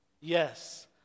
Yes